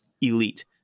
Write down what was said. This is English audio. elite